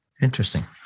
Interesting